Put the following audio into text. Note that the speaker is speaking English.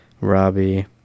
Robbie